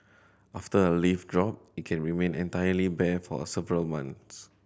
after a leaf drop it can remain entirely bare for a several months